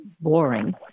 boring